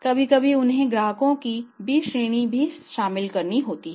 कभी कभी उनमें ग्राहकों की B श्रेणी भी शामिल होती है